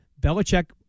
Belichick